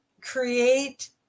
create